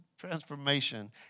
transformation